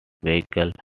vehicles